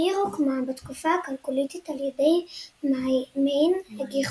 העיר הוקמה בתקופה הכלכוליתית על יד מעין הגיחון,